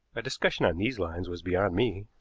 a discussion on these lines was beyond me.